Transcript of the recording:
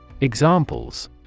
Examples